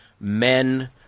men